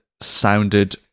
sounded